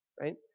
right